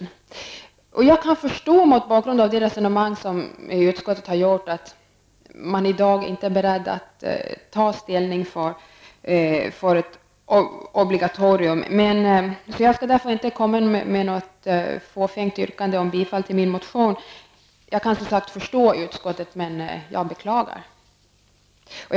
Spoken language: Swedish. Mot bakgrund av utskottets resonemang kan jag förstå att man i dag inte är beredd att ta ställning för ett obligatorium, och jag skall därför inte komma med något fåfängt yrkande om bifall till min motion. Jag kan som sagt förstå utskottet, men jag beklagar det.